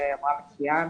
ואמרה מצוין,